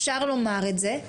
אפשר לומר את זה,